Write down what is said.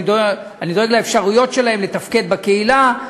אני דואג לאפשרויות שלהם לתפקד בקהילה,